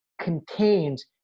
contains